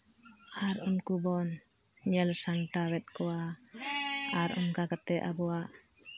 ᱟᱨ ᱩᱱᱠᱩ ᱵᱚᱱ ᱧᱮᱞ ᱥᱟᱢᱴᱟᱣ ᱮᱜᱠᱚᱣᱟ ᱟᱨ ᱚᱱᱠᱟ ᱠᱟᱛᱮᱫ ᱟᱵᱚᱣᱟᱜ